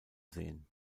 sehen